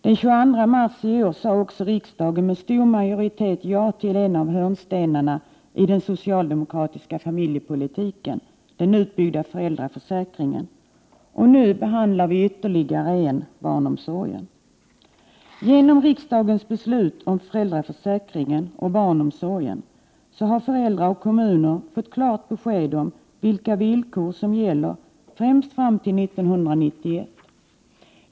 Den 22 mars i år sade också riksdagen med stor majoritet ja till en av hörnstenarna i den socialdemokratiska familjepolitiken, den utbyggda föräldraförsäkringen, och nu behandlar vi ytterligare en hörnsten, barnom Prot. 1988/89:96 sorgen. 13 april 1989 Genom riksdagens beslut om föräldraförsäkringen och barnomsorgen har föräldrar och kommuner fått klart besked om vilka villkor som gäller, främst fram till 1991.